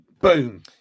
Boom